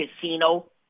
casino